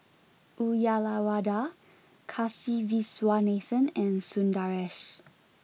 Uyyalawada Kasiviswanathan and Sundaresh